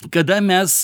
kada mes